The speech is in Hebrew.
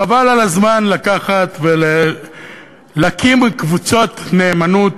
חבל על הזמן לקחת ולהקים קבוצות נאמנות